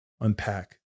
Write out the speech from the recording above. unpack